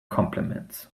compliments